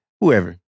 whoever